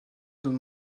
deux